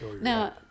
Now